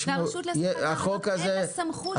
ולהרשות להסמכת המעבדות אין סמכות לאשר.